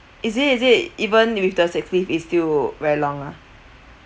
is it is it even with the safe lift it's still very long lah